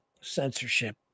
Censorship